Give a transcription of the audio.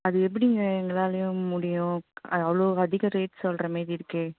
அது எப்படிங்க எங்களாலேயும் முடியும் அது அவ்வளோ அதிக ரேட் சொல்கிற மாரி இருக்கே